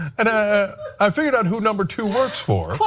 and ah i figured out who number two works for.